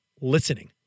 listening